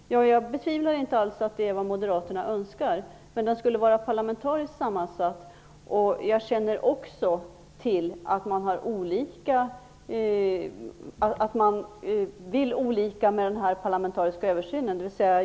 Jag betvivlar inte alls att det är vad Moderaterna önskar. Men den skulle vara parlamentariskt sammansatt. Jag känner också till att man vill olika med denna parlamentariska översyn.